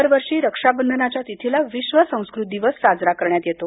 दरवर्षी रक्षा बंधनाच्या तिथीला विश्व संस्कृत दिवस साजरा करण्यात येतो